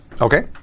Okay